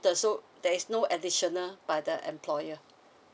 that's so there is no additional by the employer